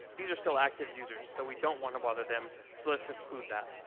these are still active users. so we don't want to bother them. so let's exclude that.